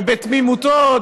ובתמימותו, עוד